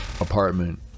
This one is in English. apartment